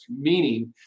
meaning